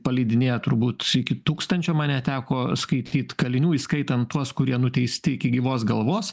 paleidinėja turbūt iki tūkstančio man neteko skaityt kalinių įskaitant tuos kurie nuteisti iki gyvos galvos